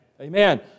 Amen